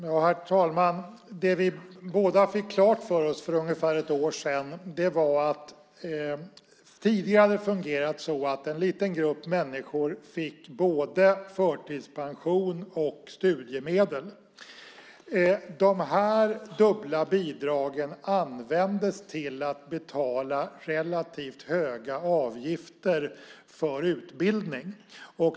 Herr talman! Det vi båda fick klart för oss för ungefär ett år sedan var att det tidigare har fungerat så att en liten grupp människor fick både förtidspension och studiemedel. De här dubbla bidragen användes till att betala relativt höga avgifter för utbildning.